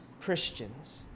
Christians